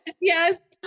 yes